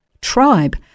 tribe